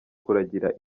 kuragira